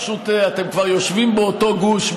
פשוט אתם כבר יושבים באותו גוש,